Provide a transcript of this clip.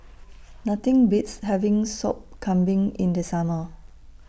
Nothing Beats having Sop Kambing in The Summer